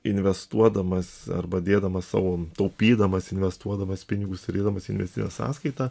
investuodamas arba dėdamas savo taupydamas investuodamas pinigus ir dėdamas į investicinę sąskaitą